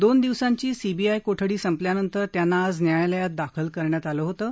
दोन दिवसांची सीबीआय कोठडी संपल्यानंतर त्यांना आज न्यायालयात दाखल करण्यात आलं होतं